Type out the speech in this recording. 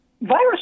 virus